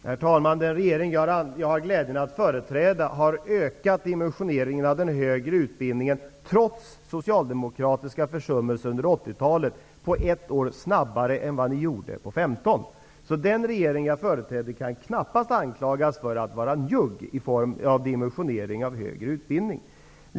Herr talman! Den regering som jag har glädjen att företräda har -- trots socialdemokratiska försummelser under 80-talet -- på ett år snabbare ökat dimensioneringen av den högre utbildningen än vad ni socialdemokrater gjorde under 15 år. Således kan den regering som jag företräder knappast anklagas för att vara njugg när det gäller dimensionering av högre utbildning.